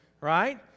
right